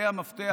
זה המפתח,